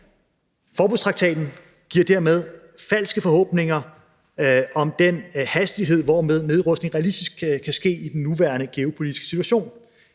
Forbudstraktaten giver dermed falske forhåbninger om den hastighed, hvormed nedrustning realistisk kan ske i den nuværende geopolitiske situation.